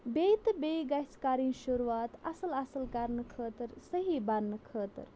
بیٚیہِ تہٕ بیٚیہِ گَژھِ کَرٕنۍ شُروعات اَصٕل اَصٕل کَرنہٕ خٲطر صحیح بننہٕ خٲطٕر